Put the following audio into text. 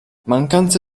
mancanza